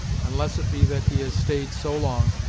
unless it be that he has staid so long,